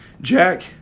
Jack